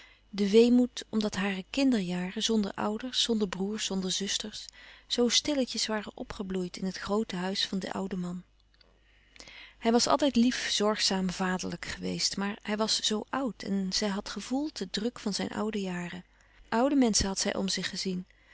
de weemoed omdat hare kinderjaren zonder ouders zonder broêrs zonder zusters zoo stilletjes waren opgebloeid in het groote huis van den ouden man hij was altijd lief zorgzaam vaderlijk geweest maar hij was zoo oud en zij had gevoeld den druk van zijn oude jaren oude menschen had zij om zich gezien